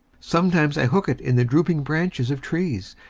sometimes i hook it in the drooping branches of trees,